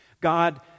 God